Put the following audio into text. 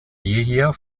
jeher